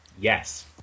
Yes